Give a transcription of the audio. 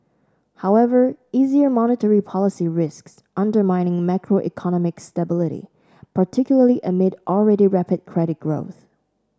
however easier monetary policy risks undermining macroeconomic stability particularly amid already rapid credit growth